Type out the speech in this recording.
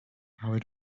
hurried